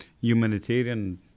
humanitarian